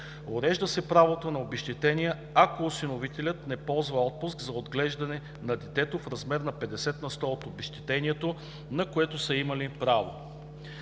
Урежда се правото на обезщетение, ако осиновителят не ползва отпуск за отглеждане на детето, в размер на 50 на сто от обезщетението, на което са имали право.